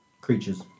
Creatures